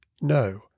No